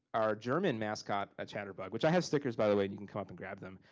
our german mascot at chatterbug, which i have stickers by the way, you you can come up and grab them.